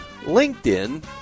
LinkedIn